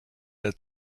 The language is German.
der